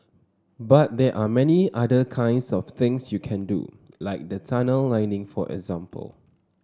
but there are many other kinds of things you can do like the tunnel lining for example